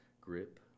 grip